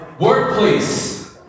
workplace